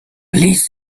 please